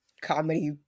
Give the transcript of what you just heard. comedy